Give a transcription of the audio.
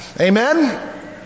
Amen